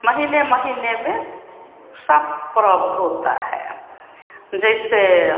महीने महीने में सब परब होता है जैसे